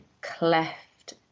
cleft